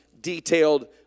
detailed